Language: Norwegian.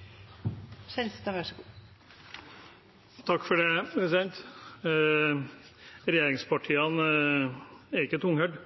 rivende utvikling. Så er det naturlig å komme til Stortinget med saker i ettertid også. Replikkordskiftet er omme. Regjeringspartiene er ikke tunghørte.